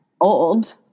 old